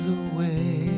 away